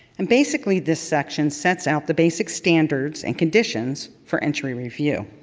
and basically this section sets out the basic standards and conditions for entry review.